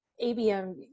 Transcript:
ABM